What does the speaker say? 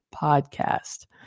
podcast